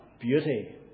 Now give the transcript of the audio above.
beauty